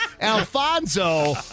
Alfonso